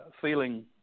feeling